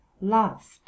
last